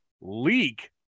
leak